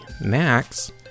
Max